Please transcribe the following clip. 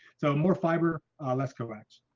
so more fiber less coax